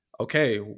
okay